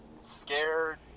scared